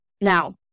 Now